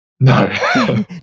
No